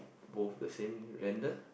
both the same vendor